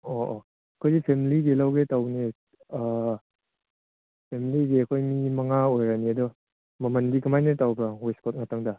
ꯑꯣ ꯑꯣ ꯑꯩꯈꯣꯏꯒꯤ ꯐꯦꯃꯂꯤꯒꯤ ꯂꯧꯒꯦ ꯇꯧꯕꯅꯦ ꯐꯦꯃꯂꯤꯒꯤ ꯑꯩꯈꯣꯏ ꯃꯤ ꯃꯉꯥ ꯑꯣꯏꯔꯅꯤ ꯑꯗꯣ ꯃꯃꯟꯗꯤ ꯀꯃꯥꯏꯅ ꯇꯧꯕ꯭ꯔꯥ ꯋꯦꯁꯀꯣꯠ ꯉꯥꯛꯇꯪꯗ